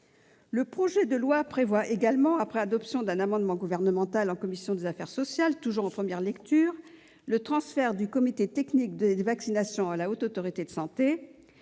Le projet de loi prévoit également, à la suite de l'adoption d'un amendement gouvernemental en commission des affaires sociales en première lecture, le transfert du Comité technique des vaccinations à la Haute Autorité de santé.